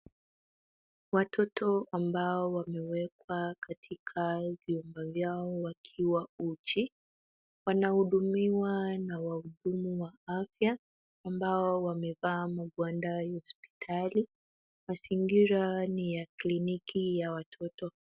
Watoto ambao wamewekwa katika vyumba vyao wakiwa uchi, wanahudumiwa na wahudumu wa afya ambao wamevaa magwanda ya hospitali. Mazingira ni ya clinic ya watoto.